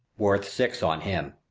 worth six on him.